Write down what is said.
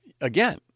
again